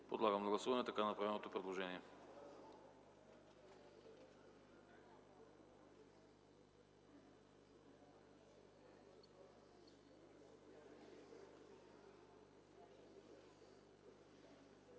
Подлагам на гласуване така направеното предложение.